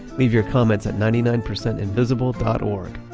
leave your comments at ninety nine percentnvisible dot org.